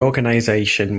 organization